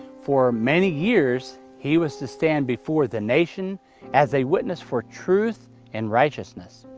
for many years he was to stand before the nation as a witness for truth and righteousness.